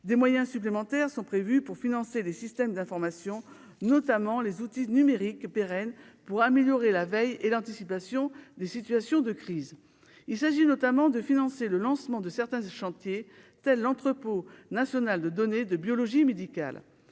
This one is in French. des moyens supplémentaires sont prévus pour financer des systèmes d'information, notamment les outils numériques pérenne pour améliorer la veille et d'anticipation des situations de crise, il s'agit notamment de financer le lancement de certains chantiers tels l'entrepôt national de données de biologie médicale,